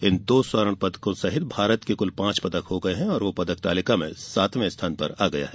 इन दो स्वर्ण पदकों सहित भारत के कुल पांच पदक हो गये हैं और वह पदक तालिका में सातवें स्थान पर है